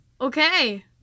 Okay